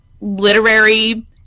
literary